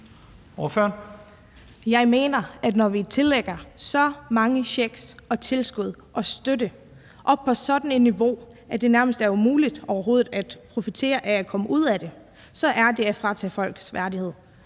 Jeg mener, at når vi tildeler så mange checks og tilskud og støtte og på sådan et niveau, at det nærmest er umuligt overhovedet at profitere af at komme ud af det, er det at fratage folk deres værdighed.